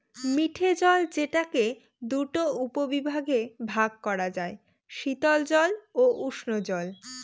মিঠে জল যেটাকে দুটা উপবিভাগে ভাগ করা যায়, শীতল জল ও উষ্ঞজল